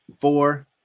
four